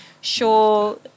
sure